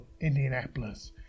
Indianapolis